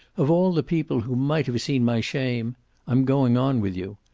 of all the people who might have seen my shame i'm going on with you.